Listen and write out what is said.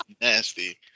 nasty